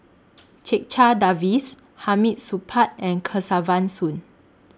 Checha Davies Hamid Supaat and Kesavan Soon